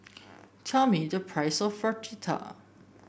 tell me the price of Fritada